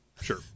Sure